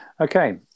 okay